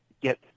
get